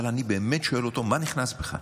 אבל אני באמת שואל אותו: מה נכנס בך?